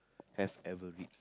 have ever read